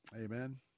amen